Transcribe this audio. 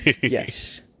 Yes